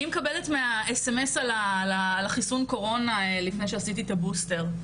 אני מקבלת SMS על חיסון הקורונה לפני שעשיתי את הבוסטר.